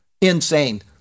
Insane